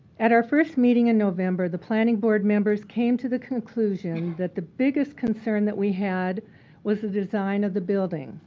at our first meeting in november, the planning board members came to the conclusion that the biggest concern that we had was the design of the building